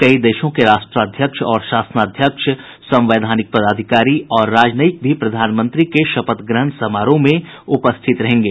कई देशों के राष्ट्राध्यक्ष और शासनाध्यक्ष संवैधानिक पदाधिकारी और राजनयिक भी प्रधानमंत्री के शपथ ग्रहण समारोह में उपस्थित रहेंगे